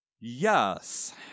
Yes